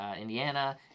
Indiana